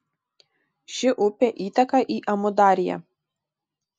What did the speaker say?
ši upė įteka į amudarją